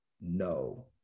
no